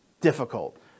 difficult